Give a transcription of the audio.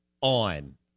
on